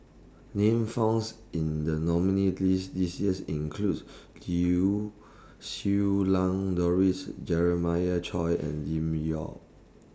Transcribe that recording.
Names found in The nominees' list This Year include Lau Siew Lang Doris Jeremiah Choy and Lim Yau